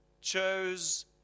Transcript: chose